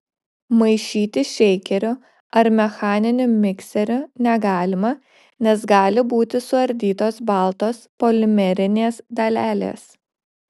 maišyti šeikeriu ar mechaniniu mikseriu negalima nes gali būti suardytos baltos polimerinės dalelės